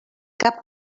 cap